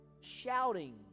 shouting